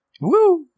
Woo